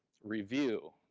review,